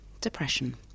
depression